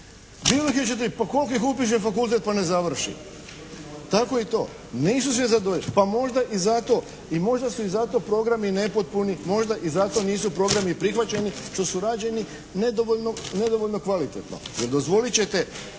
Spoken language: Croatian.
ne čuje./ … Pa koliko ih upiše fakultet pa ne završi, tako i to. Nisu svi … pa možda i zato, i možda su i zato programi nepotpuni, možda i zato nisu programi prihvaćeni što su rađeni nedovoljno kvalitetno. Jer dozvolit ćete